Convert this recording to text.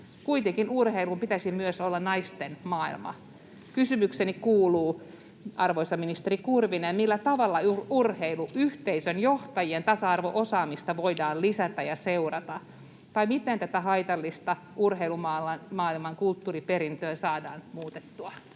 Kuitenkin urheilun pitäisi olla myös naisten maailma. Kysymykseni kuuluu, arvoisa ministeri Kurvinen, millä tavalla urheiluyhteisön johtajien tasa-arvo-osaamista voidaan lisätä ja seurata tai miten tätä haitallista urheilumaailman kulttuuriperintöä saadaan muutettua.